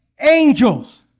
angels